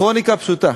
הכרוניקה פשוטה,